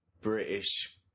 british